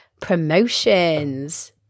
promotions